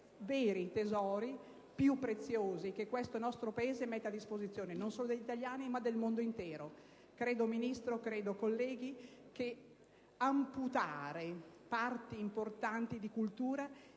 dei tesori più preziosi che il nostro Paese mette a disposizione non solo degli italiani, ma del mondo intero. Signor Ministro, colleghi, credo che amputare parti importanti di cultura